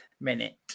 minute